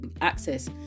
access